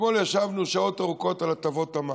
אתמול ישבנו שעות ארוכות על הטבות המס.